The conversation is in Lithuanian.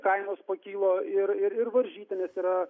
kainos pakilo ir ir ir varžytinės yra